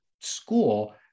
school